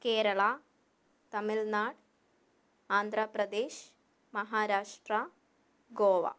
Keralam Tamil Nadu Andhra Pradesh Maharashtra Goa